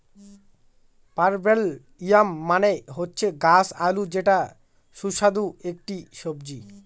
purple yam মানে হচ্ছে গাছ আলু যেটা সুস্বাদু একটি সবজি